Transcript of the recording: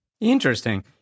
Interesting